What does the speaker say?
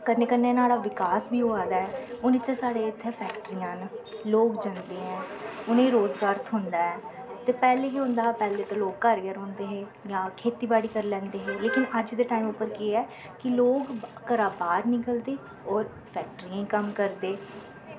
कन्ने कन्ने नाह्ड़ा विकास बी होआ दा ऐ हून इत्थै साढ़े इत्थै फैक्टरियां न लोग जंदे ऐं उनें रोजगार थ्होंदा ऐ ते पैह्ले केह् होंदे हा पैह्ले ते लोक घर गै रौंह्दे हे जां खेत्ती बाड़ी करी लैंदे हे लेकिन अज दे टाईम उप्पर केह् ऐ कि लोग घरा बाह्र निकलदे और फैक्टरियें कम्म करदे